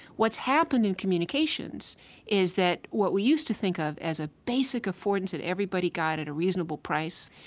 what's happened in communications is that what we used to think of as a basic affordance that everybody got at a reasonable price,